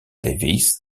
davies